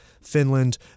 Finland